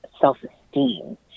self-esteem